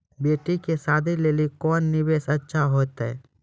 बेटी के शादी लेली कोंन निवेश अच्छा होइतै?